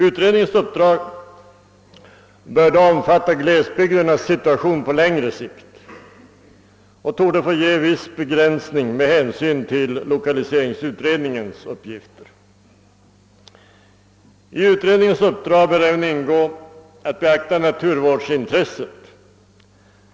Utredningens uppdrag bör omfatta glesbygdernas situation på längre sikt och torde få ges viss begränsning med hänsyn till lokaliseringsutredningens uppgifter. I utredningens uppdrag bör även ingå att beakta naturvårdsintressen.